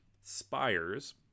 spires